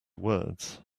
words